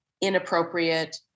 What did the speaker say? inappropriate